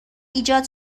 ایجاد